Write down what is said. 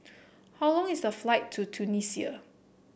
how long is the flight to Tunisia